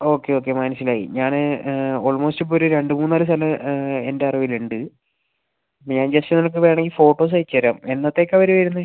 okay okay മനസ്സിലായി ഞാൻ almost ഇപ്പോൾ ഒരു രണ്ട് മൂന്നാല് സ്ഥലം എൻ്റെ അറിവിൽ ഉണ്ട് ഞാൻ ജസ്റ്റ് നിനക്ക് വേണമെങ്കിൽ ഫോട്ടോസ് അയച്ചുതരാം എന്നത്തേക്കാണ് അവർ വരുന്നത്